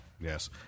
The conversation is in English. Yes